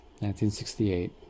1968